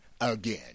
again